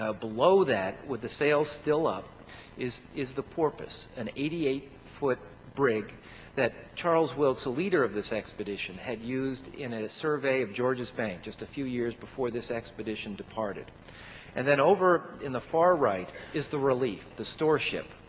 ah below that with the sails still up is is the porpoise. an eighty eight foot brig that charles wilkes, the leader of this expedition, had used in a survey of georges bank, just a few years before this expedition departed and then over in the far right, is the relief, the store ship.